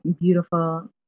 beautiful